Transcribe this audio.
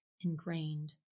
ingrained